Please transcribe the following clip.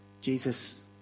Jesus